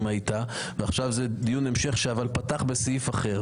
עכשיו זה דיון המשך שפתח בדיון אחר.